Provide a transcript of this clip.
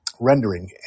rendering